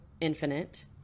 Infinite